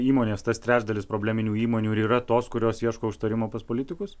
įmonės tas trečdalis probleminių įmonių ir yra tos kurios ieško užtarimo pas politikus